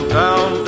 down